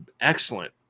excellent